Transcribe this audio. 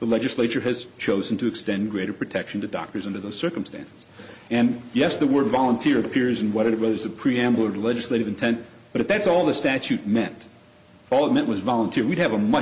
the legislature has chosen to extend greater protection to doctors under the circumstances and yes the word volunteer appears in what it was a preamble of legislative intent but if that's all the statute meant all that was volunteered we'd have a much